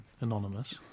anonymous